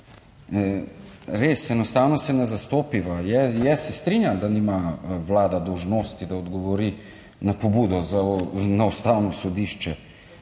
res enostavno se ne zastopiva. Jaz se strinjam, da nima Vlada dolžnosti, da odgovori na pobudo na Ustavno sodišče.